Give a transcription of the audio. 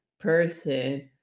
person